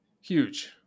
Huge